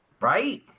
right